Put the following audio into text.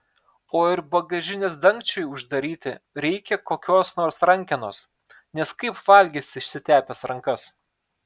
o ir bagažinės dangčiui uždaryti reikia kokios nors rankenos nes kaip valgysi išsitepęs rankas